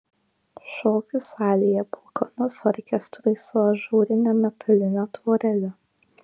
šokių salėje balkonas orkestrui su ažūrine metaline tvorele